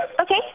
Okay